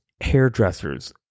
hairdressers